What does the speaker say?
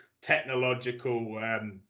technological